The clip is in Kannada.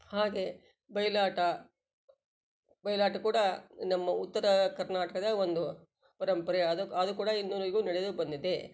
ಹಾಗೇ ಬಯಲಾಟ ಬಯಲಾಟ ಕೂಡಾ ನಮ್ಮ ಉತ್ತರ ಕರ್ನಾಟಕದ ಒಂದು ಪರಂಪರೆ ಆದ ಅದು ಕೂಡ ಇನ್ನುವರೆಗೂ ನಡೆದು ಬಂದಿದೆ